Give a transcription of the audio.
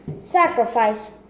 sacrifice